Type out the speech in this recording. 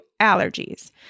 allergies